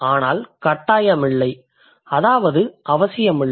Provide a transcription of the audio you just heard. ஆனால் கட்டாயமில்லை அதாவது அவசியமில்லை